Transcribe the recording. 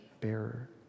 bearer